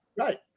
right